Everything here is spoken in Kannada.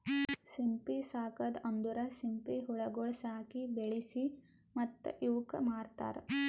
ಸಿಂಪಿ ಸಾಕದ್ ಅಂದುರ್ ಸಿಂಪಿ ಹುಳಗೊಳ್ ಸಾಕಿ, ಬೆಳಿಸಿ ಮತ್ತ ಇವುಕ್ ಮಾರ್ತಾರ್